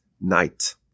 night